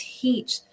teach